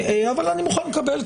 אבל אני מוכן לקבל.